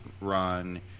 run